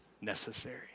necessary